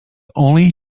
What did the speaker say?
only